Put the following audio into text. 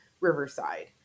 Riverside